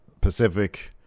Pacific